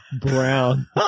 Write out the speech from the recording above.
brown